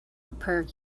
per